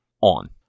on